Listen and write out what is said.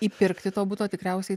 įpirkti to buto tikriausiai